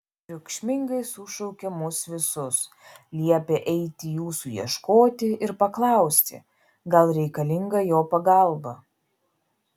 triukšmingai sušaukė mus visus liepė eiti jūsų ieškoti ir paklausti gal reikalinga jo pagalba